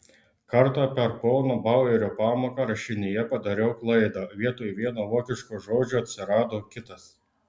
kartą per pono bauerio pamoką rašinyje padariau klaidą vietoj vieno vokiško žodžio atsirado kitas